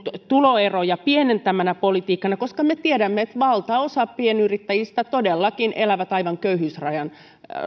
tuloeroja pienentävänä politiikkana koska me tiedämme että valtaosa pienyrittäjistä todellakin elää aivan köyhyysrajan